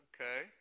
okay